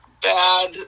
bad